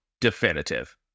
definitive